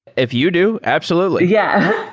if you do. absolutely. yeah.